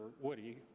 Woody